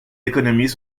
économies